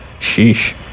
Sheesh